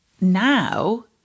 now